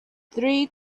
three